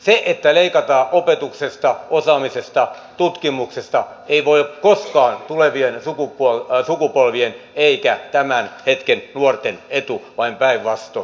se että leikataan opetuksesta osaamisesta tutkimuksesta ei voi olla koskaan tulevien sukupolvien eikä tämän hetken nuorten etu vaan päinvastoin